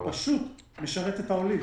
הוא פשוט משרת את העולים.